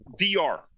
VR